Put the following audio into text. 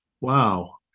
wow